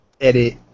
edit